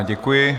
Děkuji.